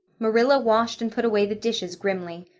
marilla washed and put away the dishes grimly.